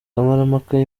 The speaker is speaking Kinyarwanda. kamarampaka